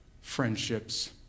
friendships